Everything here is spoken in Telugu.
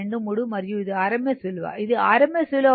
23 మరియు ఇది rms విలువ ఇది rms విలువ వాస్తవానికి 13